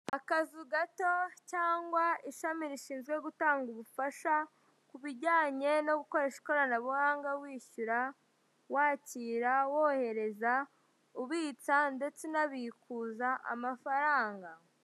Akazu gato cyangwa ishami rishinzwe gutanga ubufasha kubijyanye no gukoresha ikoranabuhanga wishyura, wakira, wohereza, ubitsa ndetse unabikuza amafaranga.